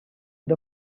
the